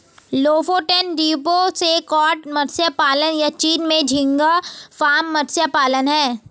Lofoten द्वीपों से cod मत्स्य पालन, या चीन में झींगा फार्म मत्स्य पालन हैं